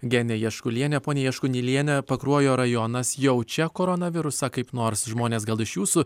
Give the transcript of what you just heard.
genė jaškulienė ponia jaškuniliene pakruojo rajonas jaučia koronavirusą kaip nors žmonės gal iš jūsų